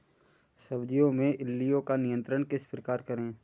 सब्जियों में इल्लियो का नियंत्रण किस प्रकार करें?